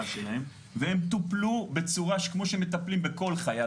שלהם והם טופלו כמו שמטפלים בכל חייל,